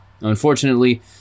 Unfortunately